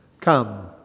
Come